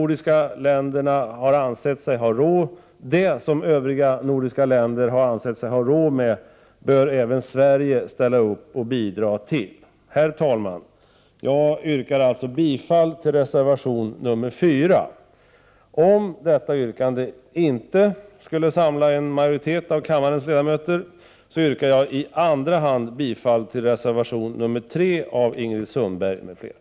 Det som de övriga nordiska länderna har ansett sig ha råd med bör även Sverige ställa upp för och bidra till. Jag yrkar bifall till reservation 4. Om detta yrkande inte skulle samla en majoritet av kammarens ledamöter, yrkar jag i andra hand bifall till reservation 3 av Ingrid Sundberg m.fl.